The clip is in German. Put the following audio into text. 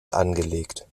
angelegt